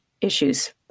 issues